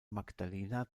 magdalena